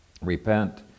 Repent